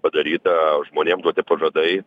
padaryta o žmonėm duoti pažadai